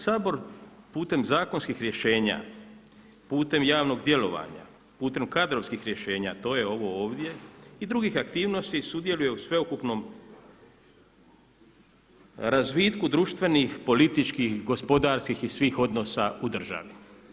Sabor putem zakonskih rješenja, putem javnog djelovanja, putem kadrovskih rješenja, a to je ovo ovdje i drugih aktivnosti sudjeluje u sveukupnom razvitku društvenih, političkih, gospodarskih i svih odnosa u državi.